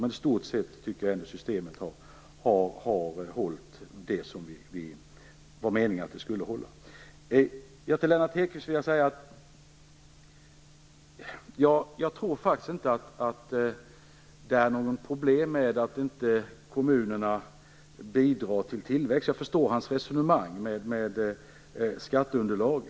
I stort sett tycker jag ändå att systemet har hållit som det var meningen att det skulle hålla. Lennart Hedquist, jag tror faktiskt inte att det är något problem med att kommunerna inte bidrar till tillväxten. Jag förstår resonemanget om skatteunderlaget.